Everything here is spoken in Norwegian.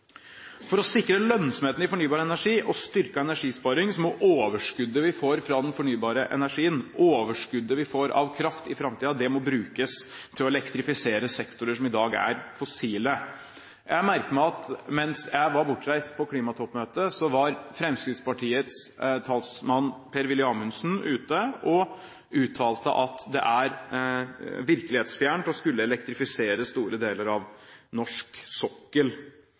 For å sikre lønnsomheten i fornybar energi og styrket energisparing må overskuddet vi får fra den fornybare energien, overskuddet vi får av kraft i framtiden, brukes til å elektrifisere sektorer som i dag er fossile. Jeg merker meg at mens jeg var bortreist på klimatoppmøtet, var Fremskrittspartiets talsmann, Per-Willy Amundsen, ute og uttalte at det er virkelighetsfjernt å skulle elektrifisere store deler av norsk sokkel.